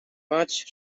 march